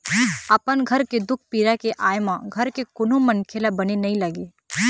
अपन घर के दुख पीरा के आय म घर के कोनो मनखे ल बने नइ लागे